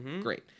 great